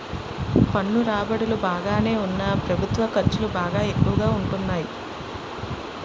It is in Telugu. పన్ను రాబడులు బాగానే ఉన్నా ప్రభుత్వ ఖర్చులు బాగా ఎక్కువగా ఉంటాన్నాయి